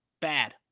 Bad